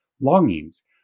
longings